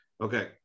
Okay